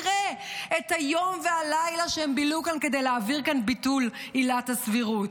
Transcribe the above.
תראה את היום והלילה שהם בילו כאן כדי להעביר את ביטול עילת הסבירות.